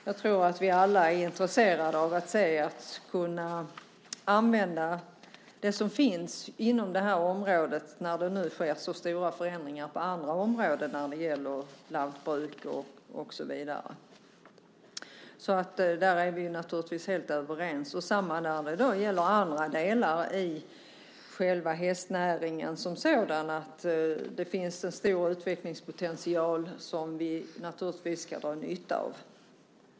Jag tror att vi alla är intresserade av att kunna använda det som finns inom det här området när det nu sker så stora förändringar på andra områden när det gäller lantbruket. Där är vi naturligtvis helt överens. Samma sak gäller andra delar inom hästnäringen som sådan. Det finns en stor utvecklingspotential som vi naturligtvis ska dra nytta av.